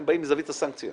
הם באים מהזווית של הסנקציה.